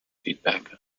feedback